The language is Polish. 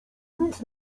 nic